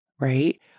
right